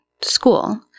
school